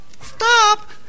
stop